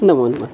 नमो नमः